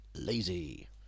lazy